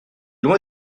loin